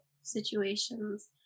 situations